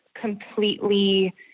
completely